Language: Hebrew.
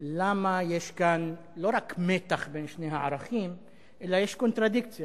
למה יש כאן לא רק מתח בין שני הערכים אלא יש קונטרדיקציה,